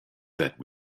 that